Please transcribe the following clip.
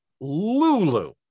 lulu